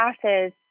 classes